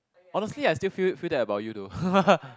honestly I still feel feel that about you though